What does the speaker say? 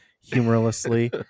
humorlessly